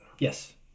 Yes